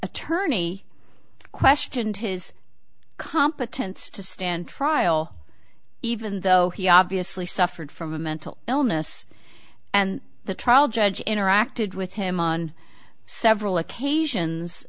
attorney questioned his competence to stand trial even though he obviously suffered from a mental illness and the trial judge interacted with him on several occasions